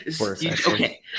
okay